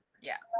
yeah,